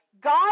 god